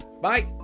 Bye